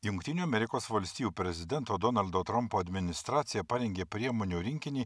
jungtinių amerikos valstijų prezidento donaldo trumpo administracija parengė priemonių rinkinį